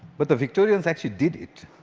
but the victorians actually did it.